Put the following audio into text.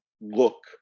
look